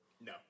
No